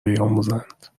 بیاموزند